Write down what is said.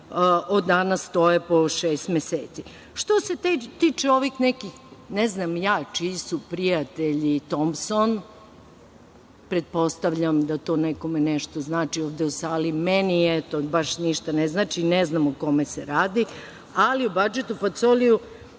od danas stoje po šest meseci. Što se tiče ovih nekih, ne znam ni ja čiji su prijatelji, Tompson, pretpostavljam da to nekome nešto znači ovde u sali, meni baš ništa ne znači, ne znam o kome se radi, ali o Badžetu Pacoliju